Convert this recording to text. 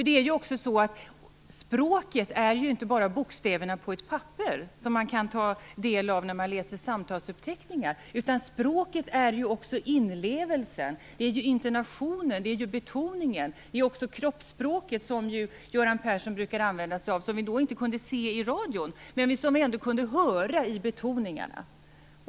Men språket är inte bara bokstäver på ett papper som man kan ta del av när man läser samtalsuppteckningar. Språket är också inlevelsen, intonationen och betoningen. Kroppsspråket - som Göran Persson brukar använda sig av, men som vi inte kunde se då han talade i radion - kunde vi höra på betoningen.